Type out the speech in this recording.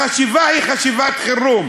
החשיבה היא חשיבת חירום,